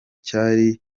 cyari